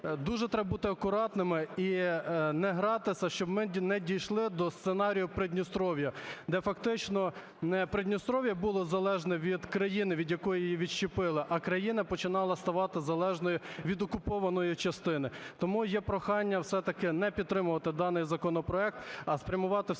дуже треба бути акуратними і не гратися, щоб ми не дійшли до сценарію Придністров'я, де фактично не Придністров'я було залежне від країни, від якої її відчепили, а країна починала ставати залежною від окупованої частини. Тому є прохання все-таки не підтримувати даний законопроект, а спрямувати всі свої